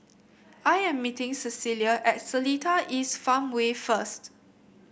I am meeting Cecilia at Seletar East Farmway first